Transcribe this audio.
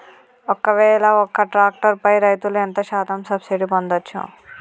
ఒక్కవేల ఒక్క ట్రాక్టర్ పై రైతులు ఎంత శాతం సబ్సిడీ పొందచ్చు?